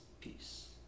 peace